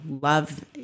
love